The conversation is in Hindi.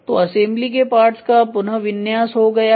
तो असेंबली के पार्ट्स का पुनःविन्यास हो गया है